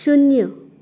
शुन्य